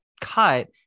cut